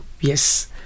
Yes